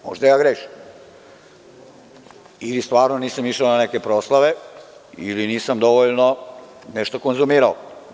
Možda grešim ili stvarno nisam išao na neke proslave ili nisam dovoljno nešto konzumirao.